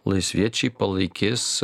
laisviečiai palaikis